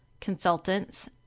consultants